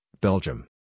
Belgium